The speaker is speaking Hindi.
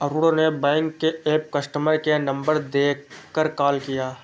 अरुण ने बैंक के ऐप कस्टमर केयर नंबर देखकर कॉल किया